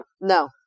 No